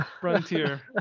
Frontier